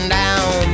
down